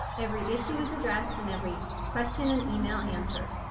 every issue is addressed and every question and email answered.